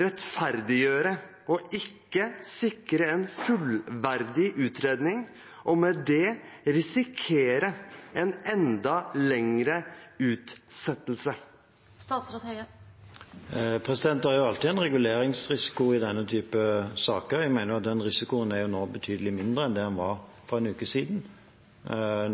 rettferdiggjøre ikke å sikre en fullverdig utredning og med det risikere en enda lengre utsettelse? Det er alltid en reguleringsrisiko i denne typen saker. Jeg mener at den risikoen nå er betydelig mindre enn det den var for en uke siden,